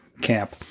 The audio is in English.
camp